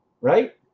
right